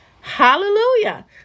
Hallelujah